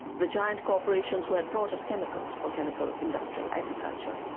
the giant corporations were brought us chemicals for chemical industrial agriculture.